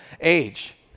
age